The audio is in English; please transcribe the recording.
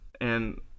and-